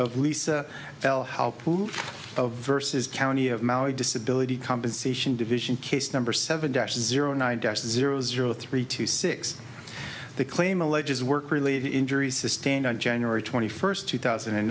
of lisa l help move of verses county of maui disability compensation division case number seven dash zero nine zero zero three two six the claim alleges work related injuries sustained on january twenty first two thousand and